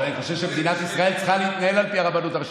אבל אני חושב שמדינת ישראל צריכה להתנהל על פי הרבנות הראשית.